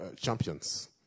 champions